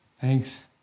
thanks